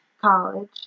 college